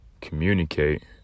communicate